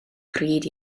pryd